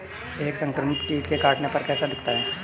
एक संक्रमित कीट के काटने पर कैसा दिखता है?